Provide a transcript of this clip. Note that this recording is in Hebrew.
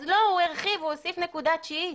אז לא, הוא הרחיב, הוא הוסיף נקודה תשיעית,